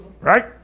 right